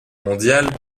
mondiale